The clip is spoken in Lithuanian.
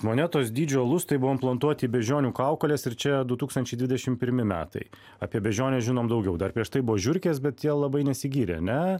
monetos dydžio lustai buvo implantuoti beždžionių kaukolės ir čia du tūkstančiai dvidešim pirmi metai apie beždžionę žinom daugiau dar prieš tai buvo žiurkės bet jie labai nesigyrė ne